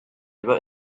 wrote